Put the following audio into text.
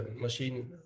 machine